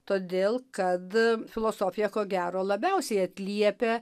todėl kad filosofija ko gero labiausiai atliepia